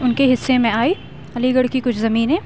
اُن کے حصّے میں آئی علی گڑھ کی کچھ زمینیں